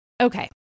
Okay